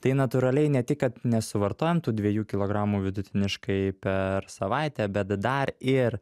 tai natūraliai ne tik kad nesuvartojam tų dviejų kilogramų vidutiniškai per savaitę bet dar ir